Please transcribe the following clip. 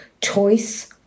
choice